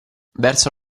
verso